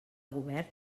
govern